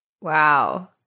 Wow